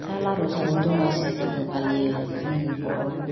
फिथा लारु सावो दमासि फोरबो फालियो जोंनि बर'नि